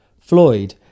Floyd